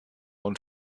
und